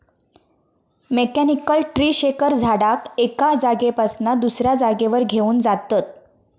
mechanical tree shaker झाडाक एका जागेपासना दुसऱ्या जागेवर घेऊन जातत